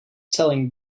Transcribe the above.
selling